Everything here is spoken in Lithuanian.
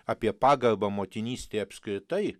apie pagarbą motinystei apskritai